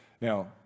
Now